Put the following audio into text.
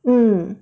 mm